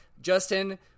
Justin